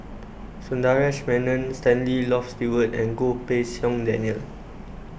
Sundaresh Menon Stanley Loft Stewart and Goh Pei Siong Daniel